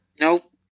Nope